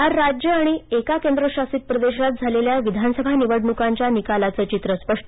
चार राज्यं आणि एका केंद्रशासित प्रदेशात झालेल्या विधानसभा निवडणुकांच्या निकालांचं चित्र स्पष्ट